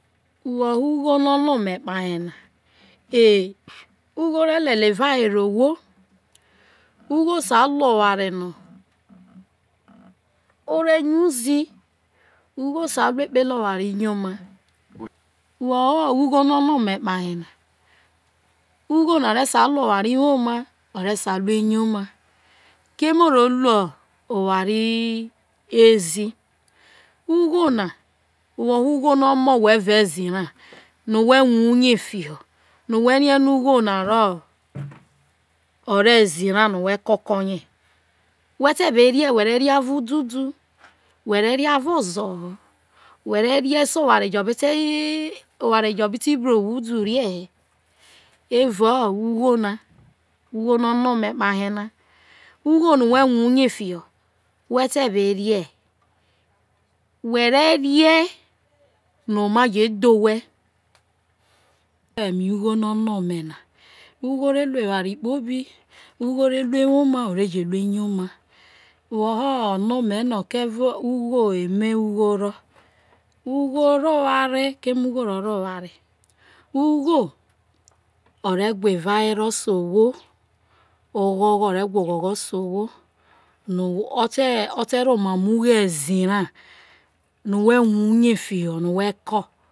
Woho ugho no ono me kpahe na ugho re lelie eva were owho, ugho sai luo oware no are nya uzi, ugho sai ino ekpele eware iyo ma wo ho ugho no ono, me kpahe na ugho na re sa, in oware uyoma keme oro ino oware ezi ugho owhe evao ezi ra whe rue uye fiho no whe rie no ugho na oro ezi ra no we ko oko ye whe te be rie where rie aro udu du were rie so oware jo bi ti bru owhe udu ome hi. Evao ugho na ugho no ono ome kpahe na ugho no we rue uye fi we te be rie where rie no ma dhe owhe. Eme ugho ono me na, ugho re lu eware kpobi ugho re lu ewoma woho ono ome no ugho eme ugho oro? Ugho ro oware keme ugho ro to oware ugho re gwa evawero se owho ore gwa oghogho se owho no ote ote ro emomo ugho ezi ra no we rue uye fiho yo on no whe ko